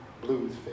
blues